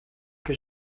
que